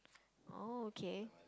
oh K